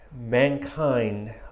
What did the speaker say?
mankind